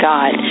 God